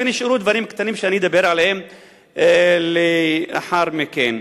ונשארו דברים קטנים שאני אדבר עליהם אחר כך.